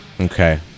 Okay